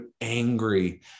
angry